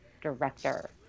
director